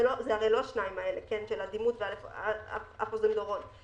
זה הרי לא השניים האלה של הדימות ואף אוזן גרון.